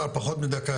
יש לך פחות מדקה.